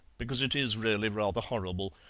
because it is really rather horrible.